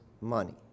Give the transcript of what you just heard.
money